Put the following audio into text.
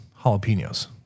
jalapenos